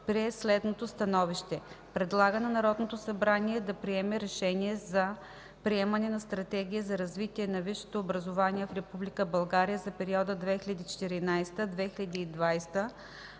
прие следното становище: Предлага на Народното събрание да приеме решение за приемане на Стратегия за развитие на висшето образование в Република България за периода 2014 – 2020,